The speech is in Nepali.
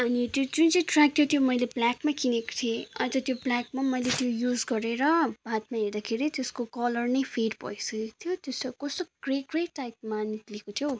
अनि त्यो जुन चाहिँ ट्र्याक त्यो चाहिँ मैले ब्याकमै किनेको थिएँ अन्त त्यो ब्लाकमा पनि मैले त्यो युज गरेर बादमा हेर्दाखेरि त्यसको कलर नै फेड भइसकेको थियो त्यसको कस्तो ग्रे ग्रे टाइपमा निक्लेको थियो हौ